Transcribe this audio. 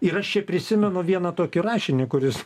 ir aš čia prisimenu vieną tokį rašinį kuris